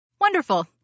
Wonderful